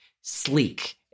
sleek